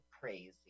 crazy